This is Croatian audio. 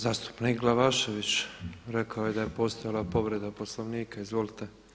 Zastupnik Glavašević rekao je da je postojala povreda Poslovnika, izvolite.